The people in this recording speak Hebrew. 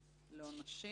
לעונשים.